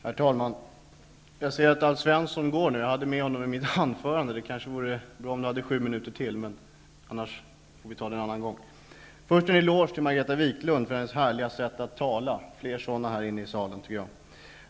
Herr talman! Jag ser att Alf Svensson går nu. Jag har honom med i mitt anförande, så det vore bra om han kunde stanna sju minuter till. Annars får jag ta det jag hade tänkt säga till honom en annan gång. Först en eloge till Margareta Viklund för hennes härliga sätt att tala. Fler sådana här i salen, tycker jag!